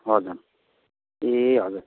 हजुर ए हजुर